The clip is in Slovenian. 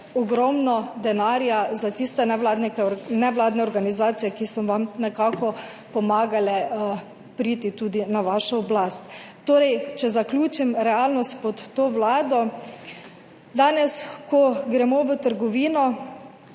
ogromno denarja za tiste nevladne organizacije, ki so vam nekako tudi pomagale priti na oblast. Torej, če zaključim, realnost pod to vlado. Danes, ko gremo v trgovino,